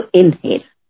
inhale